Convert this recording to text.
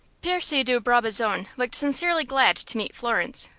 percy de brabazon looked sincerely glad to meet florence,